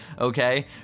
okay